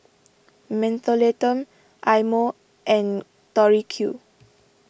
Mentholatum Eye Mo and Tori Q